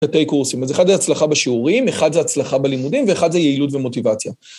פתי קורסים, אז אחד זה הצלחה בשיעורים, אחד זה הצלחה בלימודים, ואחד זה יעילות ומוטיבציה.